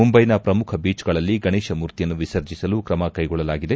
ಮುಂಬೈನ ಪ್ರಮುಖ ಬೀಚ್ಗಳಲ್ಲಿ ಗಣೇಶ ಮೂರ್ತಿಯನ್ನು ವಿಸರ್ಜಿಸಲು ಕ್ರಮ ಕೈಗೊಳ್ಳಲಾಗಿದೆ